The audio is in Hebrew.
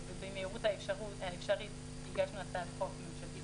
במהירות האפשרית הגשנו הצעת חוק ממשלתית